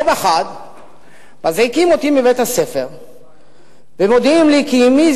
יום אחד מזעיקים אותי מבית-הספר ומודיעים לי כי אמי,